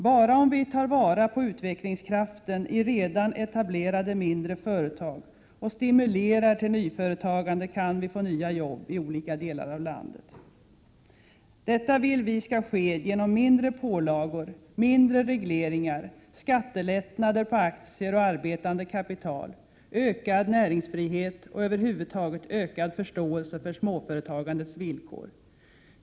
Bara om vi tar vara på utvecklingskraften i redan etablerade mindre företag och stimulerar till nyföretagande kan vi få nya jobb i olika delar av landet. Detta vill vi skall ske genom mindre pålagor, mindre regleringar, skattelättnader på aktier och arbetande kapital, ökad näringsfrihet och över huvud taget ökad förståelse för småföretagandets villkor.